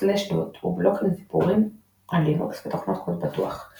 Slashdot הוא בלוג עם סיפורים על לינוקס ותוכנות קוד פתוח;